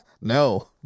No